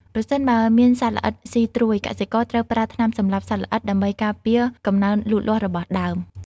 ប្រសិនបើមានសត្វល្អិតស៊ីត្រួយ កសិករត្រូវប្រើថ្នាំសម្លាប់សត្វល្អិតដើម្បីការពារកំណើនលូតលាស់របស់ដើម។